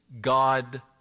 God